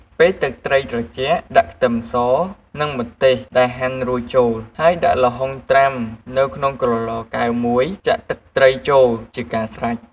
ពេលទឹកត្រីត្រជាក់ ដាក់ខ្ទឹមស និងម្ទេសដែលហាន់រួចចូល ហើយដាក់ល្ហុងត្រាំនៅក្នុងក្រឡកែវមួយចាក់ទឹកត្រីចូលជាការស្រេច។